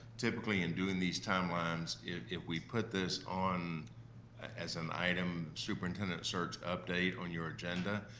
typically in doing these timelines, if we put this on as an item superintendent search update on your agenda,